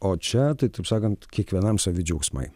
o čia tai taip sakant kiekvienam savi džiaugsmai